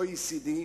OECD,